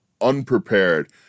unprepared